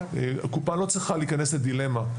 הקופה לא צריכה להיכנס לדילמה,